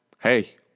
hey